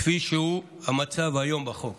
כפי שהמצב היום בחוק.